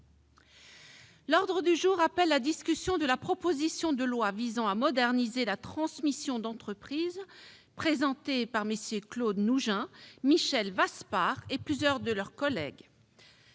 sénatoriale aux entreprises, de la proposition de loi visant à moderniser la transmission d'entreprise, présentée par MM. Claude Nougein, Michel Vaspart et plusieurs de leurs collègues